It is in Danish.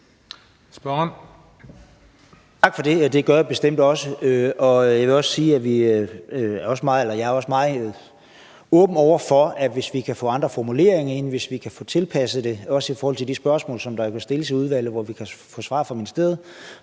over for, at vi kan arbejde med det i forbindelse med udvalgsbehandlingen, hvis vi kan få andre formuleringer ind, og hvis vi kan få tilpasset det, også i forhold til de spørgsmål, der kan stilles i udvalget, hvor vi kan få svar fra ministeriet.